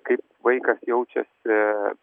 kaip vaikas jaučiasi